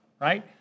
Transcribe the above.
Right